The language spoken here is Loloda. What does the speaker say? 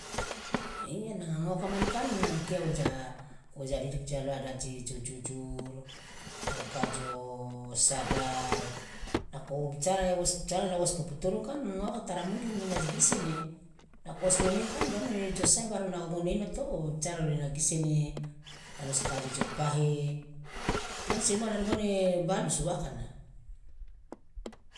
iya nanga ngoaka mane kan an kia woja woja didik ja loa de aje jo jujur maruka jo sadar nako wo bicara de wospoputurungu kan ngoaka tara mungki ina gisene nako osmemehe kan done jo sabar ngone ino to bicara lo ina gisene kaliosi ka je jo pahe mane semua dari ngone balusu waakana.